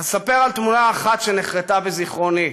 אספר על תמונה אחת שנחרתה בזיכרוני,